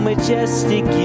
majestic